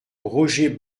roger